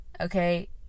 Okay